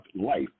life